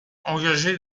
engagé